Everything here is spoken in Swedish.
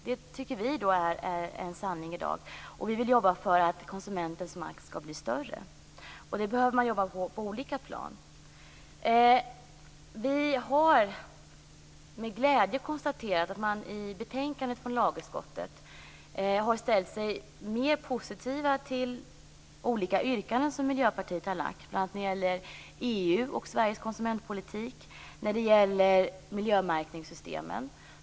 Det tycker vi är en sanning i dag. Vi vill jobba för att konsumentens makt skall bli större. Då behöver man jobba på olika plan. Vi har med glädje konstaterat att man i betänkandet från lagutskottet har ställt sig mer positiv till olika yrkanden som Miljöpartiet har framställt, bl.a. när det gäller EU och Sveriges konsumentpolitik och miljömärkningssystemen.